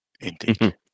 Indeed